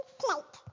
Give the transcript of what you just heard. plate